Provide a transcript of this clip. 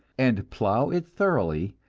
and plow it thoroughly,